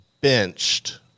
benched